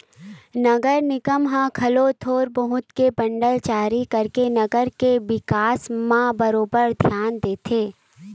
नगर निगम ह घलो थोर बहुत के बांड जारी करके नगर के बिकास म बरोबर धियान देथे